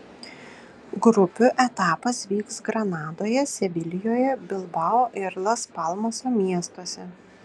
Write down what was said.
grupių etapas vyks granadoje sevilijoje bilbao ir las palmaso miestuose